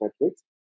metrics